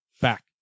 back